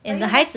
but you have